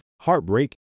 heartbreak